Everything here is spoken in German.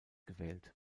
gewählt